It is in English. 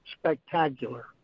spectacular